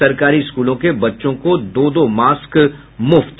सरकारी स्कूलों में बच्चों को दो दो मास्क मुफ्त